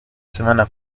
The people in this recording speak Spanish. semana